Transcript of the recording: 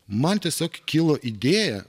man tiesiog kilo idėja